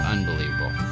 unbelievable